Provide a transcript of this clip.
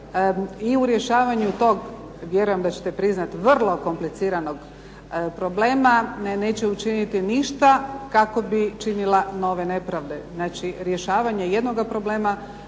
i u rješavanju tog, vjerujem da ćete priznati, vrlo kompliciranog problema, neće učiniti ništa kako bi činila nove nepravde. Znači rješavanje jednoga problema